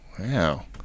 Wow